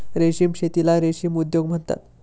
रेशीम शेतीला रेशीम उद्योग म्हणतात